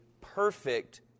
perfect